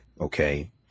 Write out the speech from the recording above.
okay